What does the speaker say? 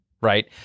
right